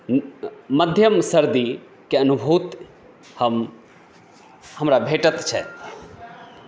मध्यम सर्दीके अनुभूति हम हमरा भेटति छथि